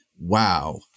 Wow